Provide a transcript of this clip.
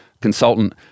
consultant